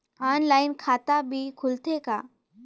Online खाता भी खुलथे का?